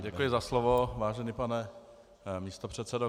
Děkuji za slovo, vážený pane místopředsedo.